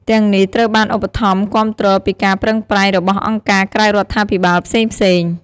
ទាំងនេះត្រូវបានឧបត្ថម្ភគាំទ្រពីការប្រឹងប្រែងរបស់អង្គការក្រៅរដ្ឋាភិបាលផ្សេងៗ។